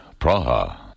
Praha